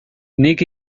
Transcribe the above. nik